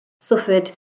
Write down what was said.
suffered